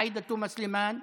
עאידה תומא סלימאן,